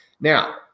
Now